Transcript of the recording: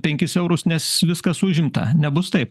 penkis eurus nes viskas užimta nebus taip